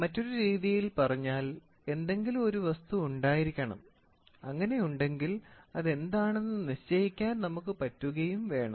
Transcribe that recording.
മറ്റൊരു രീതിയിൽ പറഞ്ഞാൽ എന്തെങ്കിലും ഒരു വസ്തു ഉണ്ടായിരിക്കണം അങ്ങനെയുണ്ടെങ്കിൽ അതെന്താണെന്ന് നിശ്ചയിക്കാൻ നമുക്ക് പറ്റുകയും വേണം